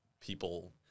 people